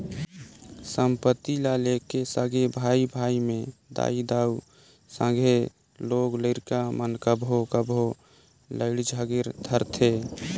संपत्ति ल लेके सगे भाई भाई में दाई दाऊ, संघे लोग लरिका मन कभों कभों लइड़ झगेर धारथें